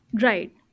Right